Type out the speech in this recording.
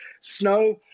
snow